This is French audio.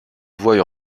voies